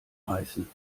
heißen